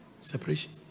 Separation